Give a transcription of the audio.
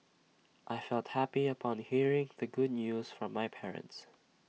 I felt happy upon hearing the good news from my parents